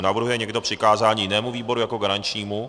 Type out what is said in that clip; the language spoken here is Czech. Navrhuje někdo přikázání jinému výboru jako garančnímu?